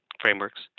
frameworks